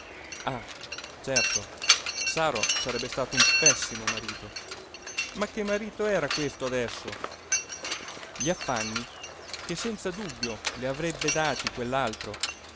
ah certo saro sarebbe stato un pessimo marito ma che marito era questo adesso gli affanni che senza dubbio le avrebbe dati